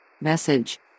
Message